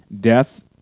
death